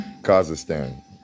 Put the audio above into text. Kazakhstan